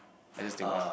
I just take one lah